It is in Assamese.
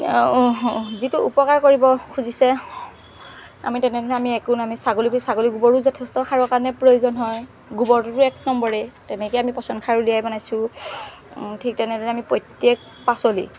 যিটো উপকাৰ কৰিব খুজিছে আমি তেনেধৰণে আমি একো আমি ছাগলী ছাগলী গোবৰো যথেষ্ট সাৰৰ কাৰণে প্ৰয়োজন হয় গোবৰটোতো এক নম্বৰেই তেনেকৈ আমি পচন সাৰ উলিয়াই বনাইছোঁ ঠিক তেনেদৰে আমি প্ৰত্যেক পাচলি